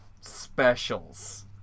specials